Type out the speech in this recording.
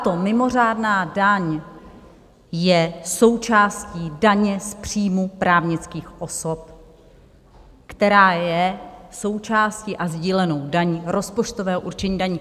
Tato mimořádná daň je součástí daně z příjmů právnických osob, která je součástí a sdílenou daní rozpočtového určení daní.